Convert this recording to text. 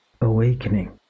awakening